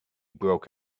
broke